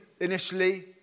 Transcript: initially